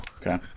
okay